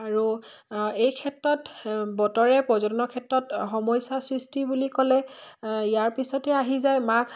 আৰু এই ক্ষেত্ৰত বতৰে পৰ্যটনৰ ক্ষেত্ৰত সমস্যা সৃষ্টি বুলি ক'লে ইয়াৰ পিছতে আহি যায় মাঘ